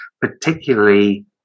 particularly